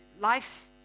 life's